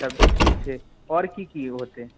तब तऽ ठीक छै आओर की की होतै